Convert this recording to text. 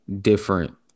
different